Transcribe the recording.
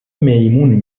میمون